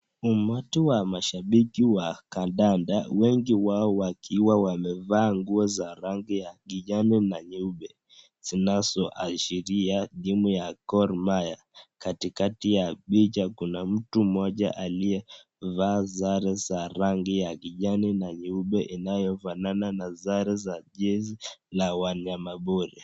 Umati wa mashabiki wa kadanda, wengi wao wakiwa wamevaa nguo za rangi ya kijani na nyeupe, zinazoashiria timu ya Gormahia. Katikati ya picha kuna mtu mmoja aliyevaa sare za kijane na nyeupe zinazofanana na sare za jezi za wanyama pori.